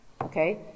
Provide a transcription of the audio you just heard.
Okay